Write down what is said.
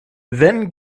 then